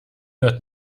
wird